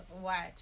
watch